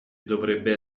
dovrebbe